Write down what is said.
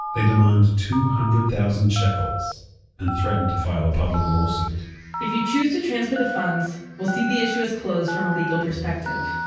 they demand two hundred thousand shekels and threaten to file a public lawsuit if you choose to transfer the funds, we'll see the issue as closed from a legal perspective,